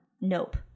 Nope